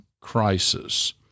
Crisis